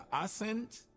assent